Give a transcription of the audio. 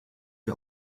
wir